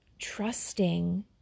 Trusting